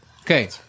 Okay